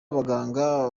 abaganga